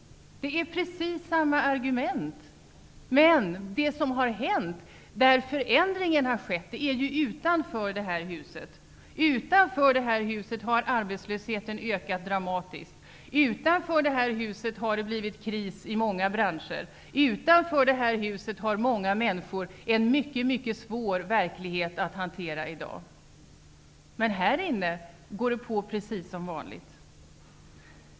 Precis samma argument framförs. De förändringar som har skett har skett utanför detta hus. Utanför detta hus har arbetslösheten ökat dramatiskt. Utanför detta hus har det blivit kris i många branscher. Utanför detta hus har många människor en mycket svår verklighet att hantera i dag.